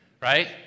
right